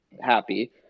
happy